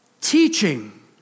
Teaching